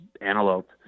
antelope